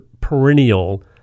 perennial